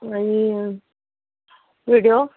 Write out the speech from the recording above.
आणि व्हिडियो